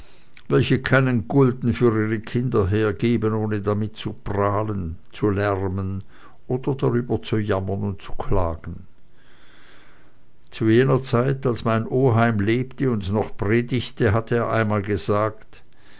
welche keinen gulden für ihre kinder hergeben ohne damit zu prahlen zu lärmen oder darüber zu jammern und zu klagen zu jener zeit als mein oheim lebte und noch predigte hatte er einmal gesagt